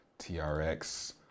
TRX